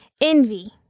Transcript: Envy